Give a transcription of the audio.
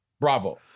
Bravo